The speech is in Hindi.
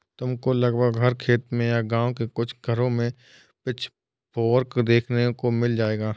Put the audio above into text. तुमको लगभग हर खेत में या गाँव के कुछ घरों में पिचफोर्क देखने को मिल जाएगा